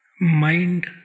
Mind